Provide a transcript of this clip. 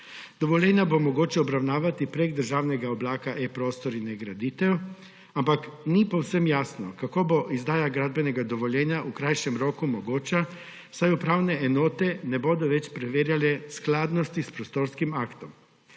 Dovoljenja bo mogoče obravnavati prek državnega oblaka eProstor in eGraditev, ampak ni povsem jasno, kako bo izdaja gradbenega dovoljenja v krajšem roku mogoča, saj upravne enote ne bodo več preverjale skladnosti s prostorskim aktom.